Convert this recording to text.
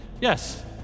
yes